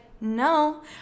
no